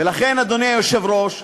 ולכן, אדוני היושב-ראש,